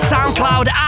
SoundCloud